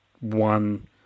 one